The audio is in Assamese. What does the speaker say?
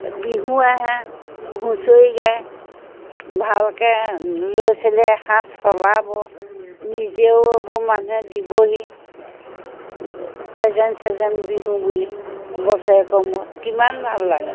বিহু আহে হুঁচৰি গায় ভালকৈ ল'ৰা ছোৱালীয়ে এসাজ চলাব নিজেও এইবোৰ মানুহে দিবহি প্ৰেজেন চেজেন বিহু বুলি বছৰেকৰ মূৰত কিমান ভাল লাগে